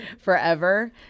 forever